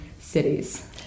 cities